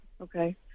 Okay